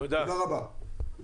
תודה רבה.